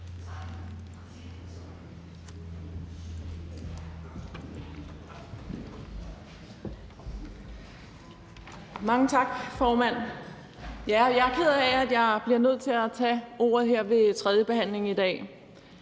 Mange tak, formand. Jeg er ked af, at jeg bliver nødt til at tage ordet her ved tredjebehandlingen i dag,